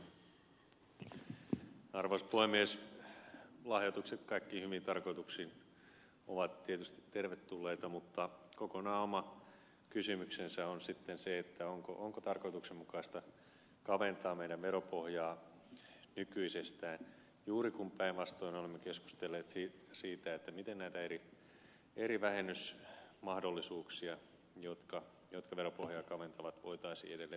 lahjoitukset kaikkiin hyviin tarkoituksiin ovat tietysti tervetulleita mutta kokonaan oma kysymyksensä on sitten se onko tarkoituksenmukaista kaventaa meidän veropohjaamme nykyisestään juuri kun päinvastoin olemme keskustelleet siitä miten näitä eri vähennysmahdollisuuksia jotka veropohjaa kaventavat voitaisiin edelleen poistaa